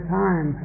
time